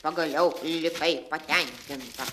pagaliau likai patenkinta